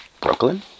Brooklyn